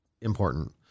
important